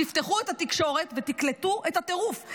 תפתחו את התקשורת ותקלטו את הטירוף.